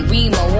Remo